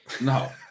No